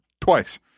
twice